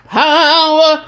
power